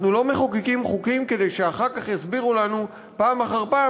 אנחנו לא מחוקקים חוקים כדי שאחר כך יסבירו לנו פעם אחר פעם